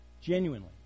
genuinely